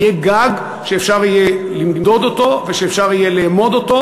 יהיה גג שאפשר יהיה למדוד אותו ושאפשר יהיה לאמוד אותו,